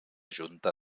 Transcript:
junta